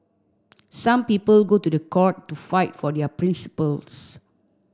some people go to the court to fight for their principles